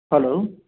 hello